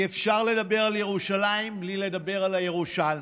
אי-אפשר לדבר על ירושלים בלי לדבר על הירושלמים.